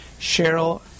Cheryl